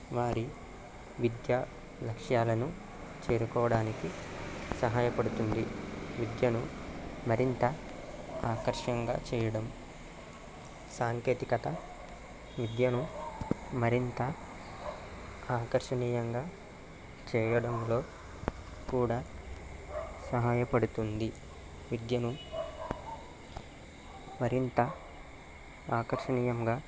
వారి విద్యా లక్ష్యాలను చేరుకోవడానికి సహాయపడుతుంది విద్యను మరింత ఆకర్షంగా చేయడం సాంకేతికత విద్యను మరింత ఆకర్షణీయంగా చేయడంలో కూడా సహాయపడుతుంది విద్యను మరింత ఆకర్షణీయంగా